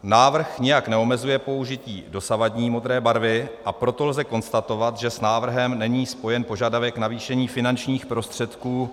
Návrh nijak neomezuje použití dosavadní modré barvy, a proto lze konstatovat, že s návrhem není spojen požadavek na navýšení finančních prostředků.